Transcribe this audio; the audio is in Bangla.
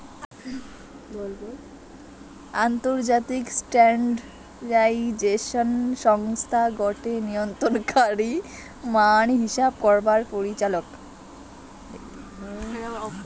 আন্তর্জাতিক স্ট্যান্ডার্ডাইজেশন সংস্থা গটে নিয়ন্ত্রণকারী মান হিসেব করবার পরিচালক